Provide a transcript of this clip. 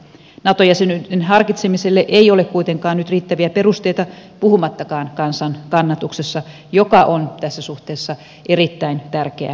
nato jäsenyyden harkitsemiselle ei ole kuitenkaan nyt riittäviä perusteita puhumattakaan kansan kannatuksesta joka on tässä suhteessa erittäin tärkeä asia